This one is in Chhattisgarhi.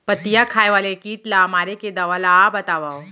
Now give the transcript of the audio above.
पत्तियां खाए वाले किट ला मारे के दवा ला बतावव?